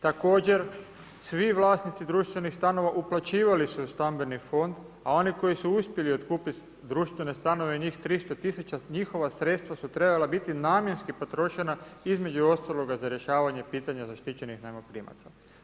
Također, svi vlasnici društvenih stanova uplaćivali u stambeni fond a oni koji uspjeli otkupiti društvene stanove, njih 300 000, njihova sredstva su trebala biti namjenski potrošena između ostaloga za rješavanje pitanja zaštićenih najmoprimaca.